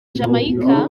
jamaica